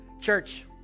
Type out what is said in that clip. church